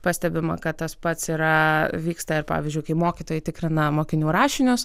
pastebima kad tas pats yra vyksta ir pavyzdžiui kai mokytojai tikrina mokinių rašinius